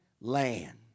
land